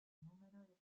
número